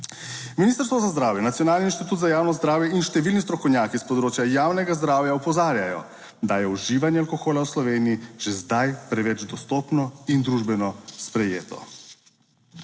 Ministrstvo za zdravje, Nacionalni inštitut za javno zdravje in številni strokovnjaki s področja javnega zdravja opozarjajo, da je uživanje alkohola v Sloveniji že zdaj preveč dostopno in družbeno sprejeto.